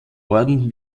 orden